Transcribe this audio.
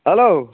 hello